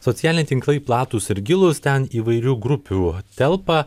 socialiniai tinklai platūs ir gilūs ten įvairių grupių telpa